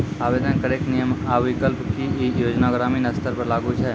आवेदन करैक नियम आ विकल्प? की ई योजना ग्रामीण स्तर पर लागू छै?